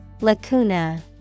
Lacuna